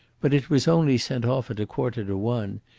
but it was only sent off at a quarter to one.